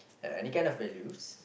any kind of values